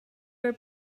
were